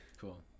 cool